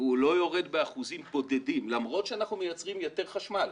הוא לא יורד באחוזים בודדים למרות שאנחנו מייצרים יותר חשמל.